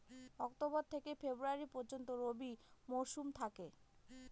October থেকে February পর্যন্ত রবি মৌসুম থাকে